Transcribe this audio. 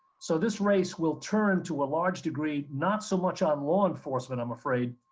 so, this race will turn to a large degree, not so much on law enforcement, i'm afraid,